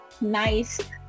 nice